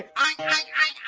i